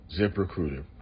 ZipRecruiter